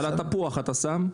אבל שאלת איפה לשים את הסימון.